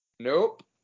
Nope